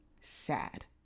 sad